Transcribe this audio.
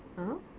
oh